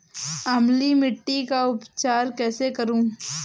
अम्लीय मिट्टी का उपचार कैसे करूँ?